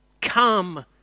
come